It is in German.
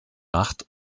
macht